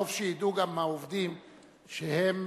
טוב שידעו גם העובדים שהם,